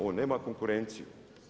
On nema konkurenciju.